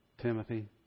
Timothy